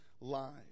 lives